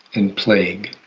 and plague.